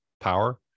power